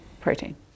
protein